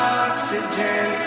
oxygen